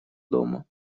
дома